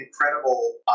incredible